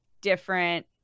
different